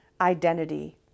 identity